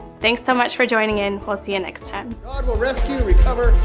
thanks so much for joining in. we'll see you next time. god will rescue, recover,